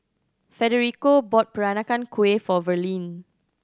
Federico bought Peranakan Kueh for Verlene